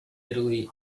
italy